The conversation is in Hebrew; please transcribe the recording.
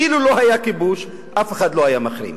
אילו לא היה כיבוש, אף אחד לא היה מחרים.